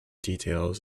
details